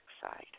side